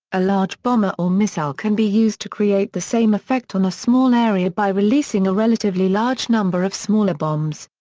a large bomber or missile can be used to create the same effect on a small area by releasing a relatively large number of smaller bombs.